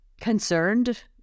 concerned